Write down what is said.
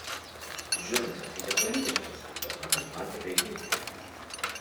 žinoma tai nepalyginama su tuo ką mes matėme hjustone